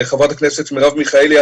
לחברת הכנסת מרב מיכאלי,